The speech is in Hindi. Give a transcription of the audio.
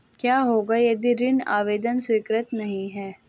क्या होगा यदि ऋण आवेदन स्वीकृत नहीं है?